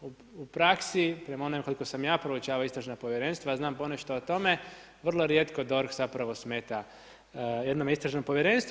U praksi, prema onome koliko sam ja proučavao istražna povjerenstva, a znam ponešto o tome, vrlo rijetko DORH zapravo smeta jednome istražnom povjerenstvu.